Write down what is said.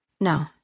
No